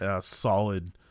solid